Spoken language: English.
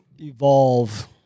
evolve